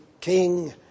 king